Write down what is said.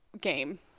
game